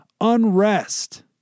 Unrest